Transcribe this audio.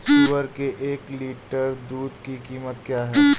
सुअर के एक लीटर दूध की कीमत क्या है?